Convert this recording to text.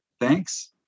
thanks